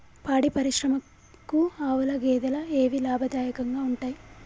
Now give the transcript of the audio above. పాడి పరిశ్రమకు ఆవుల, గేదెల ఏవి లాభదాయకంగా ఉంటయ్?